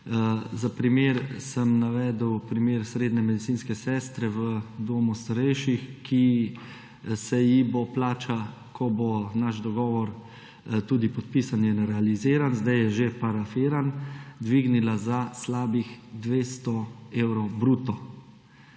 Za primer sem navedel primer srednje medicinske sestre v domu starejših, ki se ji bo plača, ko bo naš dogovor tudi podpisan in realiziran, zdaj je že parafiran, dvignila za slabih 200 evrov bruto.